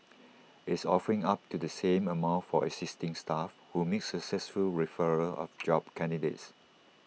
it's offering up to the same amount for existing staff who make successful referrals of job candidates